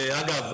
אגב,